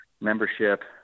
membership